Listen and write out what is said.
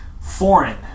foreign